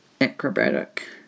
acrobatic